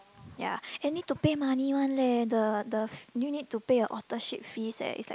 ya and need to pay money one leh the the you need to pay a authorship fees eh it's like